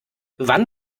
wann